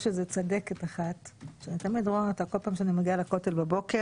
יש איזו צדקת אחת שאני תמיד רואה אותה בכל פעם שאני מגיעה לכותל בבוקר,